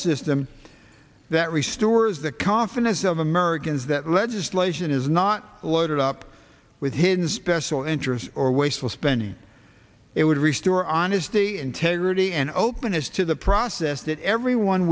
system that restores the confidence of americans that legislation is not loaded up with hidden special interest or wasteful spending it would restore honesty integrity and openness to the process that everyone